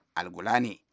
al-Gulani